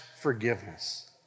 Forgiveness